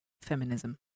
feminism